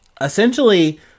essentially